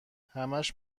همش